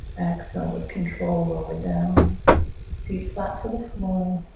axel with control over down feet flat to the floor.